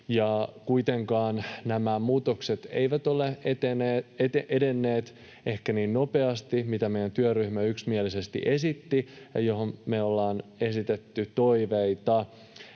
kuitenkaan nämä muutokset eivät ole edenneet ehkä niin nopeasti kuin mitä meidän työryhmä yksimielisesti esitti, mistä me ollaan esitetty toiveita.